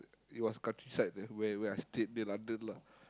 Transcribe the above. it was countryside that where where I stayed near London lah